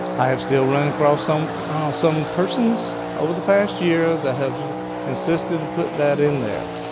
i have still run across some some persons over the past year that have insisted to put that in there.